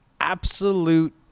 Absolute